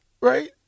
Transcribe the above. Right